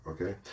Okay